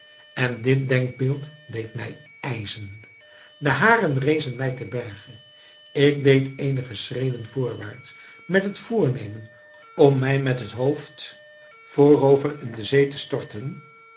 en dit denkbeeld deed mij ijzen de haren rezen mij te berge ik deed eenige schreden voorwaarts met het voornemen om mij met het hoofd voorover in zee te storten